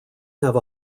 have